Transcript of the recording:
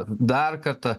dar kartą